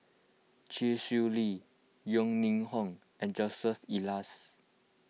Chee Swee Lee Yeo Ning Hong and Joseph Elias